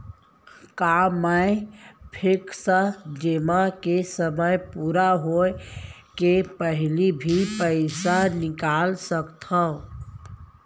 का मैं फिक्स जेमा के समय पूरा होय के पहिली भी पइसा निकाल सकथव?